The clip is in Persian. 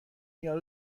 یارو